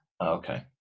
Okay